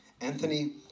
Anthony